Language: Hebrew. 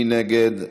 מי נגד?